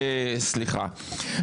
סליחה.